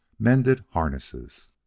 mended harness.